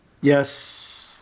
yes